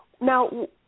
Now